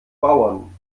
bauern